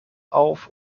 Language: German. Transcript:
auf